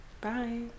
Bye